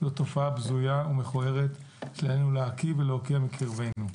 זו תופעה בזויה ומכוערת שעלינו להקיא ולהוקיע מקרבנו.